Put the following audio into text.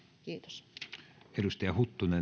kiitos